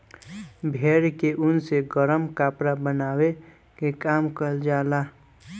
भेड़ के ऊन से गरम कपड़ा बनावे के काम कईल जाला